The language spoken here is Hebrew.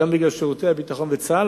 גם בגלל כוחות הביטחון וצה"ל,